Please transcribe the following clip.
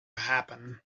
happen